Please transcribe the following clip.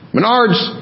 Menards